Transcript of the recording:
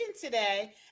today